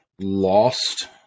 lost